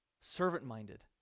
servant-minded